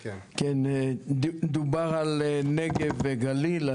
כן, דובר על נגב וגליל.